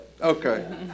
Okay